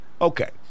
Okay